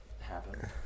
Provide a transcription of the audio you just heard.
happen